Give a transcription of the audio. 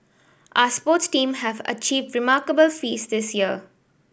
our sports team have achieved remarkable feats this year